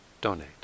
donate